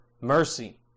mercy